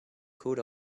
coat